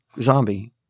Zombie